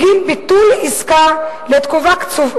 ויושב-ראש ועדת ההיגוי אמר דברים חמורים ביותר,